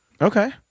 Okay